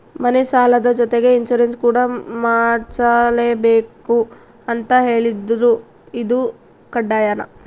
ಮನೆ ಸಾಲದ ಜೊತೆಗೆ ಇನ್ಸುರೆನ್ಸ್ ಕೂಡ ಮಾಡ್ಸಲೇಬೇಕು ಅಂತ ಹೇಳಿದ್ರು ಇದು ಕಡ್ಡಾಯನಾ?